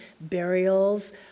burials